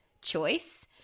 choice